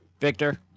Victor